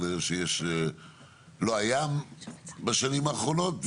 לא היה בשנים האחרונות,